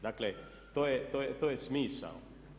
Dakle, to je smisao.